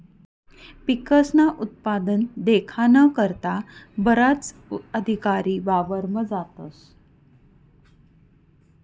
पिकस्नं उत्पादन देखाना करता बराच अधिकारी वावरमा जातस